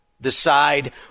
decide